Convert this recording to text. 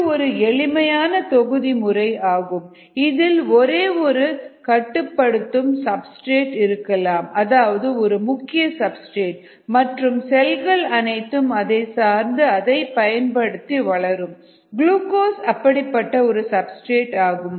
இது ஒரு எளிமையான தொகுதி முறை ஆகும் இதில் ஒரே ஒரு கட்டுப்படுத்தும் சப்ஸ்டிரேட் இருக்கலாம் அதாவது ஒரு முக்கிய சப்ஸ்டிரேட் மற்றும் செல்கள் அனைத்தும் அதை சார்ந்து அதை பயன்படுத்தி வளரும் குளுகோஸ் அப்படிப்பட்ட ஒரு சப்ஸ்டிரேட் ஆகும்